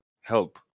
Help